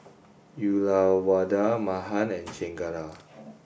Uyyalawada Mahan and Chengara